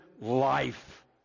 life